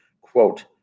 quote